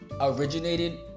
originated